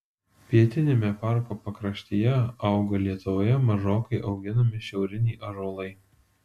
pietiniame parko pakraštyje auga lietuvoje mažokai auginami šiauriniai ąžuolai